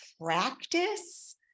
practice